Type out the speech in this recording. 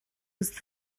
was